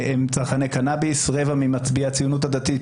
הקורבנות,